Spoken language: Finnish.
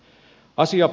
mutta asiaan